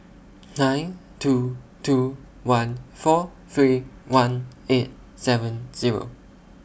nine two two one four three one eight seven Zero